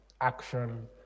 action